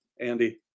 Andy